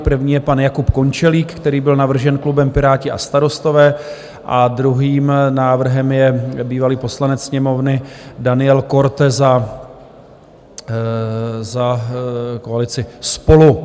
První je pan Jakub Končelík, který byl navržen klubem Piráti a starostové, a druhým návrhem je bývalý poslanec Sněmovny Daniel Korte za koalici SPOLU.